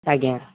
ଆଜ୍ଞା